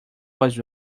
was